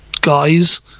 guys